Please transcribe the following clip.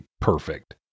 perfect